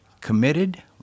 committed